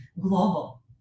global